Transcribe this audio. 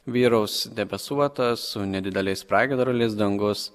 vyraus debesuotas su nedideliais pragiedruliais dangus